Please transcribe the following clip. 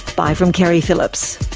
bye from keri phillips